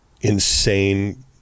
insane